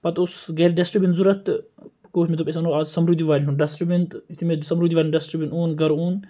پَتہٕ اوس اَسہِ گَرِ ڈَسٹبِن ضوٚرَتھ تہٕ کوٚر مےٚ دوٚپ أسۍ اَنو آزٕ سَمرُدی والیٚن ہُنٛد ڈَسٹبِن تہٕ یِتھُے مےٚ سَمرُدی والیٚن ہُنٛد ڈَسٹبِن اوٚن گَرٕ اوٚن